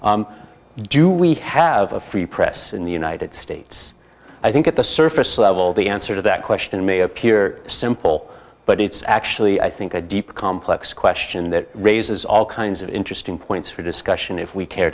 we have a free press in the united states i think at the surface level the answer to that question may appear simple but it's actually i think a deep complex question that raises all kinds of interesting points for discussion if we care